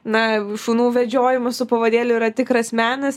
na šunų vedžiojimas su pavadėliu yra tikras menas